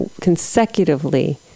consecutively